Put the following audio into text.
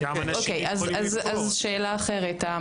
אוקיי, אז שאלה אחרת.